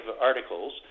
articles